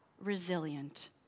resilient